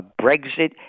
Brexit